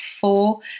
four